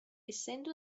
essendo